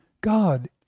god